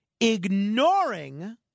ignoring